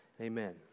Amen